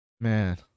man